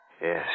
Yes